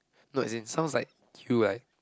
no as in sounds like you right